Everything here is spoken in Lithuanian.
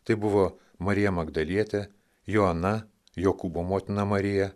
tai buvo marija magdalietė joana jokūbo motina marija